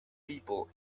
people